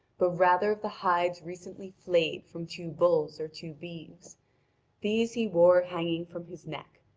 but rather of the hides recently flayed from two bulls or two beeves these he wore hanging from his neck.